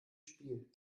spiel